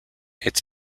its